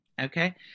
okay